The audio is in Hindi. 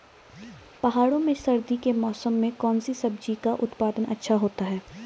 पहाड़ों में सर्दी के मौसम में कौन सी सब्जी का उत्पादन अच्छा होता है?